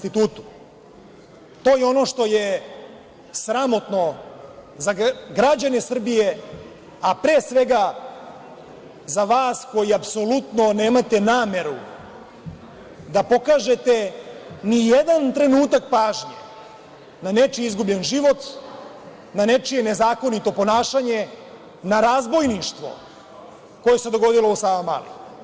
To je ono što je sramotno za građane Srbije, a pre svega za vas koji apsolutno nemate nameru da pokažete ni jedan trenutak pažnje na nečiji izgubljeni život, na nečije nezakonito ponašanje, na razbojništvo koje se dogodilo u Savamali.